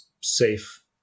safe